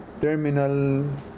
terminal